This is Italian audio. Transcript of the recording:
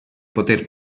poter